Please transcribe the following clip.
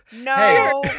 No